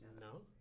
No